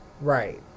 Right